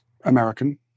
American